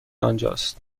آنجاست